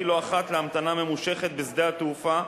לא אחת להמתנה ממושכת בשדה התעופה,